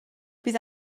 bydd